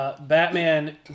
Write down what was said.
Batman